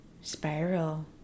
Spiral